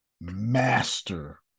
master